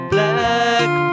Black